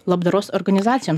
labdaros organizacijoms